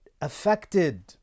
affected